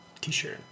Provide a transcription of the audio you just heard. t-shirt